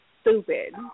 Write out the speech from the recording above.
stupid